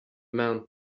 mountain